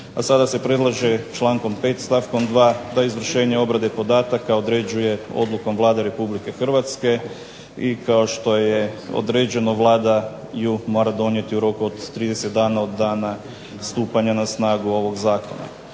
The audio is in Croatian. a sada se predlaže člankom 5. stavkom 2. da izvršenje obrade podataka određuje odlukom Vlada Republike Hrvatske i kao što je određeno Vlada ju mora donijeti u roku od 30 dana od dana stupanja na snagu ovog zakona.